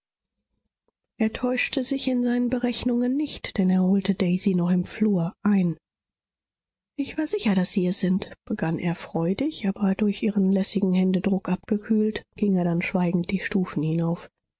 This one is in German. er täuschte sich in seinen berechnungen nicht denn er holte daisy noch im flur ein ich war sicher daß sie es sind begann er freudig aber durch ihren lässigen händedruck abgekühlt ging er dann schweigend die stufen hinauf